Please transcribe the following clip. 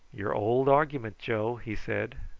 your old argument, joe, he said.